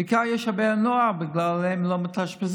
בעיקר יש הרבה נוער, והם לא מתאשפזים.